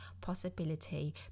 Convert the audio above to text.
possibility